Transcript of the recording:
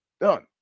Done